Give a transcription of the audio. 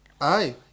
Aye